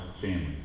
family